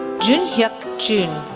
joonhyuk chun,